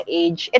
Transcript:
age